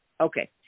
Okay